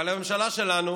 אבל לממשלה שלנו